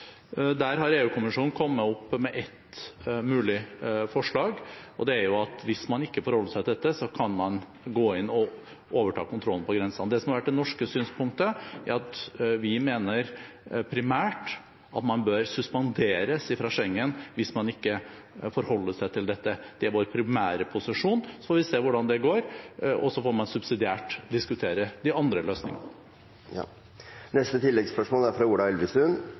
har kommet med et mulig forslag, og det er at hvis man ikke forholder seg til dette, kan man gå inn og overta kontrollen på grensene. Det som har vært det norske synspunktet, er at vi mener primært at man bør suspenderes fra Schengen hvis man ikke forholder seg til dette. Det er vår primære posisjon, så får vi se hvordan det går. Så får man subsidiært diskutere de andre løsningene. Ola Elvestuen – til oppfølgingsspørsmål. Vi er